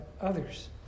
Others